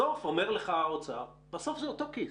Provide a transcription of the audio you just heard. בסוף אומר לך האוצר, בסוף זה אותו כיס.